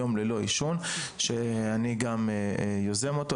יום ללא עישון שאני גם יוזם אותו,